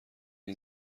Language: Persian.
این